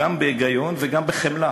גם בהיגיון וגם בחמלה.